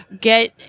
get